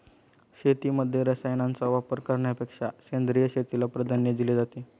शेतीमध्ये रसायनांचा वापर करण्यापेक्षा सेंद्रिय शेतीला प्राधान्य दिले जाते